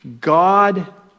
God